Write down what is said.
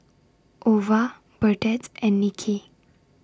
Ova Burdette and Nicki